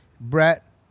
Brett